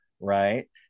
right